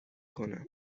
کنم